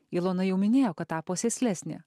ilona jau minėjo kad tapo sėslesnė